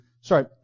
sorry